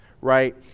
right